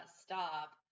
stop